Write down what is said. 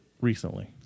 recently